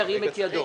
ירים את ידו.